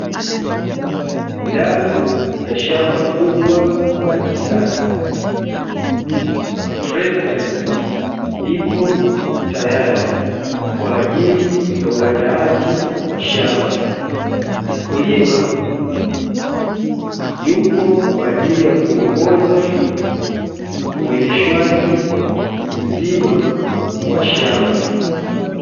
Ndani ya shamba kubwa la kisasa, trekta ipo tayari kwa ajili ya uandaaji wa shamba mkulima yupo kwa ajili ya kuongoza uendeshwaji mzima wa shamba.